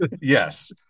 Yes